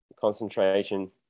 concentration